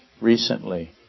recently